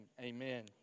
amen